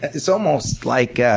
it's almost like yeah